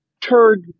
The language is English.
turd